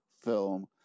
film